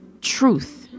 truth